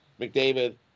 McDavid